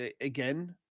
again